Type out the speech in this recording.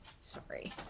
Sorry